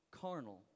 carnal